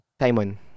Simon